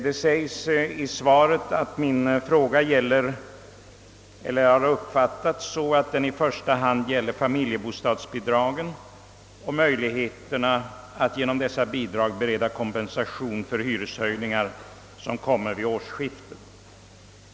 Statsrådet förklarar att han uppfattat min fråga så, att den »i första hand gäller familjebostadsbidragen och möjligheterna att genom dessa bidrag bereda kompensation för hyreshöjningar som kommer att ske vid årsskiftet».